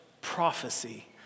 prophecy